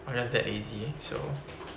I'm just that lazy so